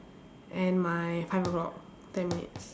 and my five o-clock ten minutes